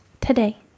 today